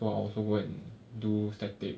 but I also go and do static